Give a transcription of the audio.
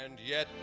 and yet